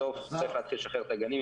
בסוף צריך להתחיל לשחרר את הגנים,